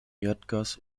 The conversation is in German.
erdgas